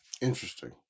Interesting